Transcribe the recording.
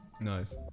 Nice